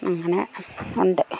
അങ്ങനെ ഉണ്ട്